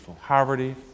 poverty